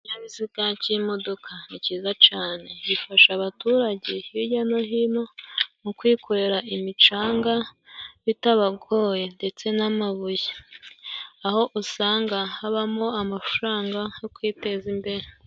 Ikinyabiziga cy'imodoka ni ciza cane, gifasha abaturage hijya no hino mu kwikorera imicanga bitabagoye ndetse n'amabuye, aho usanga habamo amafaranga yo kwiteza imbere.